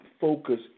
focus